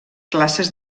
classes